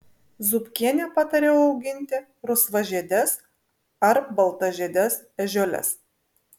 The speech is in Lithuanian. zupkienė patarė auginti rausvažiedes ar baltažiedes ežiuoles